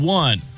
one